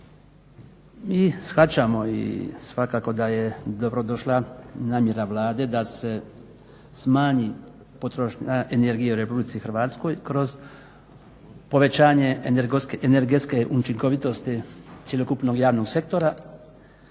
Shvaćamo i svakako da je dobrodošla namjera Vlade da se smanji potrošnja energije u RH kroz povećanje energetske učinkovitosti cjelokupnog javnog sektora